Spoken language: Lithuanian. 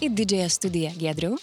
į didžiąją studiją giedriau